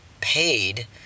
paid